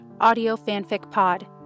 audiofanficpod